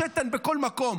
שתן בכל מקום,